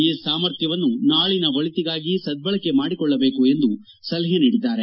ಈ ಸಾಮರ್ಥ್ಲವನ್ನು ನಾಳನ ಒಳಿತಿಗಾಗಿ ಸಧ್ಗಳಕೆ ಮಾಡಿಕೊಳ್ಳಬೇಕು ಎಂದು ಸಲಹೆ ನೀಡಿದ್ದಾರೆ